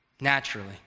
Naturally